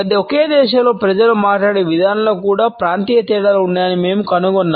ఒకే దేశంలో ప్రజలు మాట్లాడే విధానంలో కూడా ప్రాంతీయ తేడాలు ఉన్నాయని మేము కనుగొన్నాము